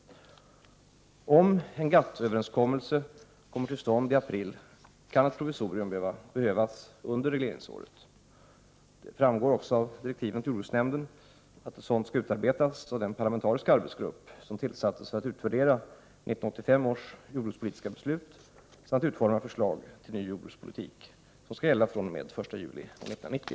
Om en GATT-överenskommelse kommer till stånd i april kan ett provisorium behövas under regleringsåret. Det framgår också av direktiven till jordbruksnämnden att ett sådant skall utarbetas av den parlamentariska arbetsgrupp, som tillsatts för att utvärdera 1985 års jordbrukspolitiska beslut samt utforma förslag till ny jordbrukspolitik som skall gälla fr.o.m. 1 juli 1990.